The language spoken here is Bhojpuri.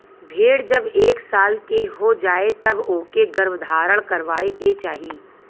भेड़ जब एक साल के हो जाए तब ओके गर्भधारण करवाए के चाही